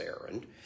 errand